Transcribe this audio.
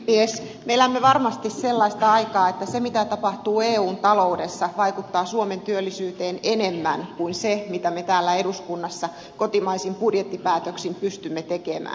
me elämme varmasti sellaista aikaa että se mitä tapahtuu eun taloudessa vaikuttaa suomen työllisyyteen enemmän kuin se mitä me täällä eduskunnassa kotimaisin budjettipäätöksin pystymme tekemään